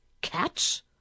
cats